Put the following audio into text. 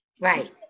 Right